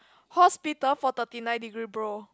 hospital for thirty nine degree bro